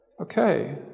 Okay